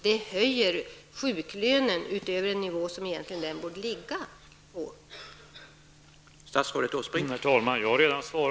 Det höjer sjuklönen utöver den nivå som den egentligen borde ligga på.